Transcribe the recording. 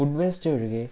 ഫുഡ്വേസ്റ്റൊഴികെ